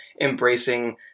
embracing